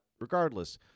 regardless